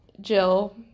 Jill